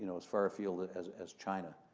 and as far afield as as china.